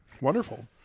Wonderful